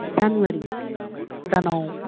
जानुवारि दानाव